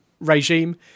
Regime